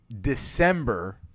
December